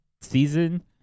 season